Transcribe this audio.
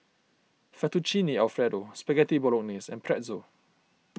Fettuccine Alfredo Spaghetti Bolognese and Pretzel